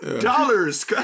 dollars